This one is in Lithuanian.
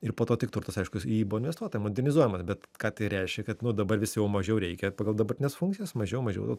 ir po to tik turtas aišku jis į jį buvo investuota modernizuojamas bet ką tai reiškia kad nu dabar vis jau mažiau reikia pagal dabartines funkcijas mažiau mažiau